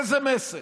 איזה מסר?